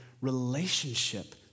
relationship